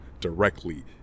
directly